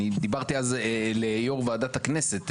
דיברתי על זה ליו"ר ועדת הכנסת,